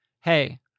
Hey